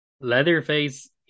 Leatherface